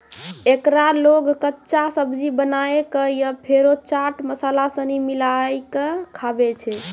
एकरा लोग कच्चा, सब्जी बनाए कय या फेरो चाट मसाला सनी मिलाकय खाबै छै